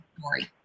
story